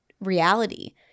reality